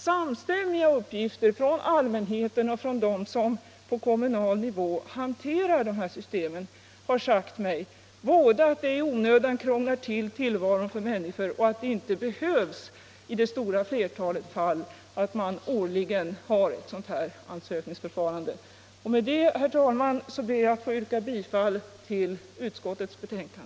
Samstämmiga uppgifter från allmänheten och från dem som på kommunal nivå hanterar de här systemen ger vid handen att ett årligt ansökningsförfarande i onödan krånglar till tillvaron för människor och att det i det stora flertalet fall inte behövs. Med detta, herr talman, ber jag att få yrka bifall till utskottets hemställan.